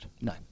No